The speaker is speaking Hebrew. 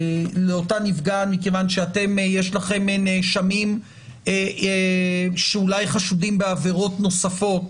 שיש לכם נאשמים שאולי חשודים בעבירות נוספות